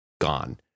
gone